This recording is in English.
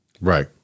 Right